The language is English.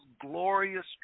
glorious